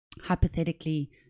hypothetically